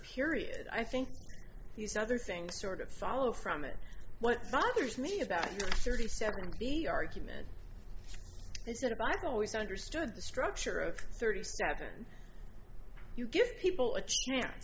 period i think these other things sort of follow from it what bothers me about thirty seven b argument is that i've always understood the structure of thirty seven you give people a chance